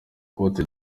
côte